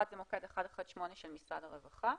אחד זה מוקד 118 של משרד הרווחה,